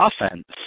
offense